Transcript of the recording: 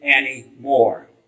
anymore